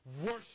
worship